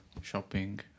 shopping